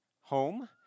home